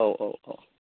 औ औ